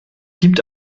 gibt